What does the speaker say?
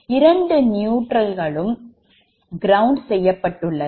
இரண்டு நியூட்ரல் களும் கிரவுண்ட் செய்யப்பட்டுள்ளது